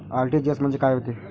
RTGS म्हंजे काय होते?